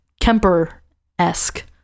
Kemper-esque